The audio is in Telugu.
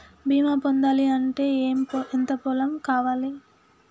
బీమా పొందాలి అంటే ఎంత పొలం కావాలి?